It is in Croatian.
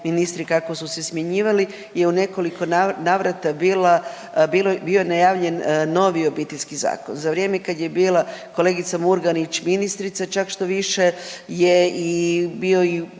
ministri kako su se smjenjivali je u nekoliko navrata bila, bilo, bio najavljen novi Obitelji zakon. Za vrijeme kad je bila kolegica Murganić ministrica čak štoviše je bio i